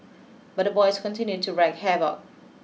but the boys continued to wreak havoc